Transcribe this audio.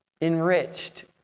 enriched